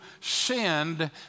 sinned